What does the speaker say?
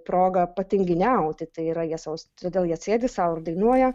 proga patinginiauti tai yra jie saus todėl jie sėdi sau ir dainuoja